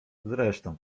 zresztą